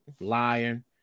lying